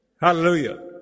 Hallelujah